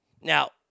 Now